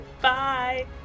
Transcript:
Bye